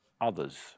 others